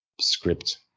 script